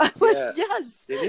yes